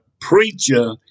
preacher